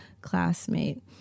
classmate